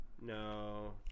no